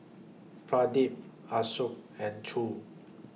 Pradip Ashoka and Choor